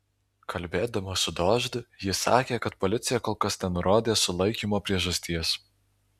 kalbėdama su dožd ji sakė kad policija kol kas nenurodė sulaikymo priežasties